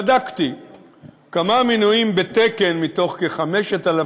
בדקתי כמה מינויים בתקן מתוך כ-5,000